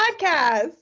podcast